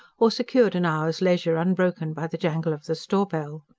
or secured an hour's leisure unbroken by the jangle of the store-bell.